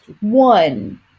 one